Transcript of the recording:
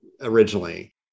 originally